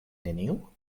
neniu